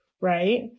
Right